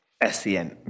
S-E-N